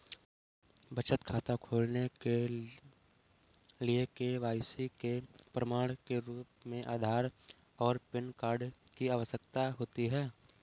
बचत खाता खोलने के लिए के.वाई.सी के प्रमाण के रूप में आधार और पैन कार्ड की आवश्यकता होती है